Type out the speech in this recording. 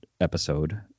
episode